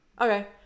okay